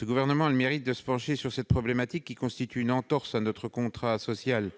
Le Gouvernement a le mérite de se pencher sur cette problématique, qui constitue une entorse à notre contrat social.